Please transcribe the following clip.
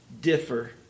differ